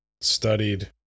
studied